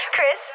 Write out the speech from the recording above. Chris